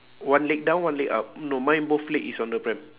one leg down one leg up no mine both leg is on the pram